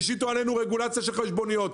השיתו עלינו רגולציה על חשבוניות,